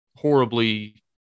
horribly